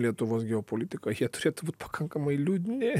lietuvos geopolitika jie turėtų pakankamai liūdni